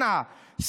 אנא,